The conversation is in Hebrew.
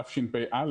תשפ"א,